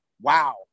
wow